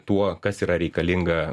tuo kas yra reikalinga